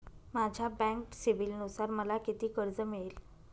माझ्या बँक सिबिलनुसार मला किती कर्ज मिळेल?